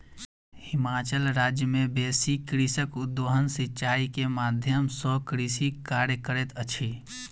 हिमाचल राज्य मे बेसी कृषक उद्वहन सिचाई के माध्यम सॅ कृषि कार्य करैत अछि